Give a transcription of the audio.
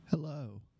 Hello